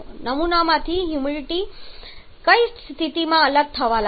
નમૂનામાંથી humidity કઈ સ્થિતિમાં અલગ થવા લાગે છે